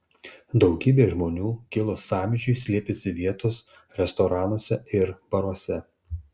daugybė žmonių kilus sąmyšiui slėpėsi vietos restoranuose ir baruose